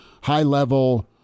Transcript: high-level